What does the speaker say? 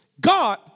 God